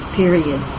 period